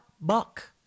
buck